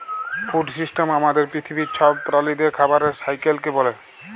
food system আমাদের পিথিবীর ছব প্রালিদের খাবারের সাইকেলকে ব্যলে